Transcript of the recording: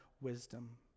wisdom